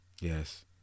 yes